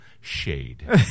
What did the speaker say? Shade